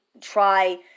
try